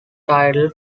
titled